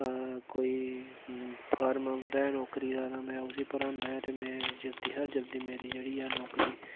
कोई फार्म होंदा नौकरिया दा तां में उसी भरना ते में जल्दी मेरी मिली जा नौकरी